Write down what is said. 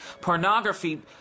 Pornography